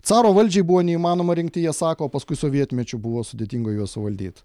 caro valdžiai buvo neįmanoma jie sako paskui sovietmečiu buvo sudėtinga juos suvaldyt